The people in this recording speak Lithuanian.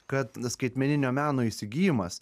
kad skaitmeninio meno įsigijimas